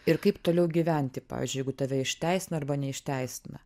ir kaip toliau gyventi pavyzdžiui jeigu tave išteisina arba neišteisina